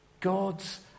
God's